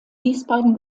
wiesbaden